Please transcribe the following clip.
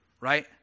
Right